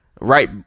right